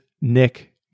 Nick